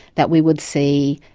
that we would see,